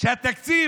שהתקציב,